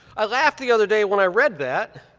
i laughed the other day when i read that,